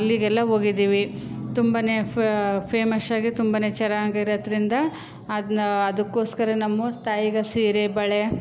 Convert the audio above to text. ಅಲ್ಲಿಗೆಲ್ಲ ಹೋಗಿದ್ದೀವಿ ತುಂಬನೇ ಫೇಮಶ್ಶಾಗಿ ತುಂಬನೇ ಚನ್ನಾಗಿರದ್ರಿಂದ ಅದ್ನ ಅದಕ್ಕೋಸ್ಕರ ನಮ್ಮು ತಾಯಿಗೆ ಸೀರೆ ಬಳೆ